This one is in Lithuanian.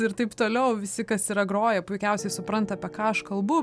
ir taip toliau visi kas yra groję puikiausiai supranta apie ką aš kalbu